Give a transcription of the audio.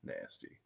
Nasty